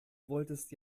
wolltest